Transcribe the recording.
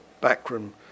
backroom